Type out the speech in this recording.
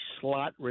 slot